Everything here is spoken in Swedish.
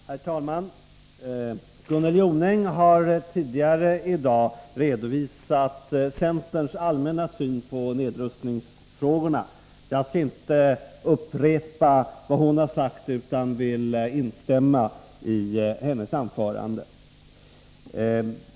Herr talman! Gunnel Jonäng har tidigare i dag redovisat centerns allmänna syn på nedrustningsfrågorna. Jag skall inte upprepa vad hon sagt utan vill instämma i hennes anförande.